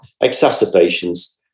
exacerbations